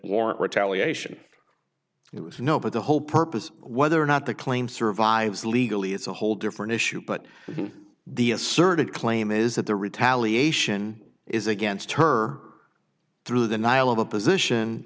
warrant retaliation it was you know but the whole purpose whether or not the claim survives legally is a whole different issue but the asserted claim is that the retaliation is against her through the nihil of a position